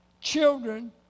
children